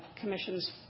Commission's